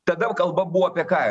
tada jau kalba buvo apie ką